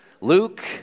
Luke